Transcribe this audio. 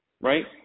right